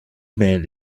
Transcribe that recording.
mail